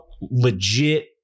legit